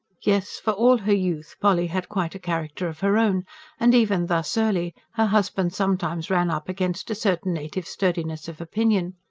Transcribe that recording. yes, for all her youth, polly had quite a character of her own and even thus early her husband sometimes ran up against a certain native sturdiness of opinion.